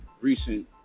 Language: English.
recent